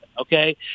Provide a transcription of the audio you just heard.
Okay